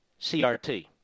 CRT